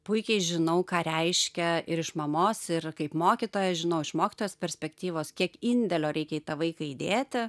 puikiai žinau ką reiškia ir iš mamos ir kaip mokytoja žinau iš mokytojos perspektyvos kiek indėlio reikia į tą vaiką įdėti